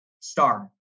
star